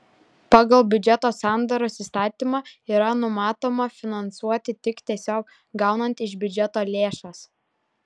pagal biudžeto sandaros įstatymą yra numatoma finansuoti tik tiesiog gaunant iš biudžeto lėšas